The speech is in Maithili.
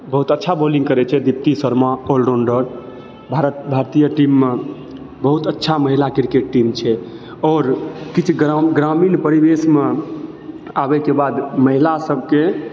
बहुत अच्छा बॉलिंग करय छै दीप्ति शर्मा ऑलराउण्डर भारत भारतीय टीममे बहुत अच्छा महिला क्रिकेट टीम छै आओर किछु ग्रा ग्रामिण परिवेशमे आबयके बाद महिला सभके